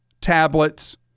tablets